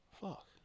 Fuck